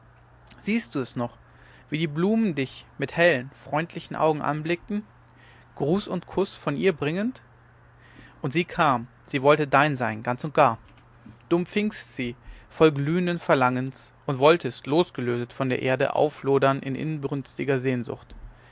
siehst du es noch wie die blumen dich mit hellen freundlichen augen anblickten gruß und kuß von ihr bringend und sie kam sie wollte dein sein ganz und gar du umfingst sie voll glühenden verlangens und wolltest losgelöset von der erde auflodern in inbrünstiger sehnsucht